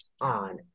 on